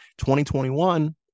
2021